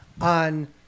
on